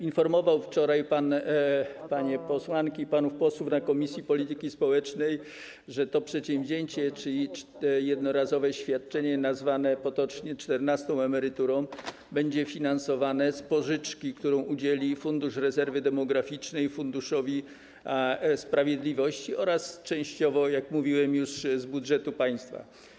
Informował pan wczoraj panie posłanki i panów posłów na posiedzeniu komisji polityki społecznej, że to przedsięwzięcie, czyli jednorazowe świadczenie nazwane potocznie czternastą emeryturą, będzie finansowane z pożyczki, której udzieli Fundusz Rezerwy Demograficznej Funduszowi Sprawiedliwości, oraz częściowo, jak już mówiłem, z budżetu państwa.